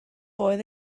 oedd